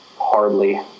hardly